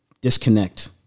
disconnect